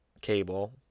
cable